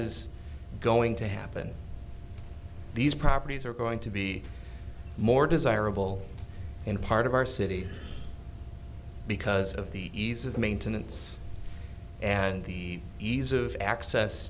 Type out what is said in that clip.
is going to happen these properties are going to be more desirable in part of our city because of the ease of maintenance and the ease of access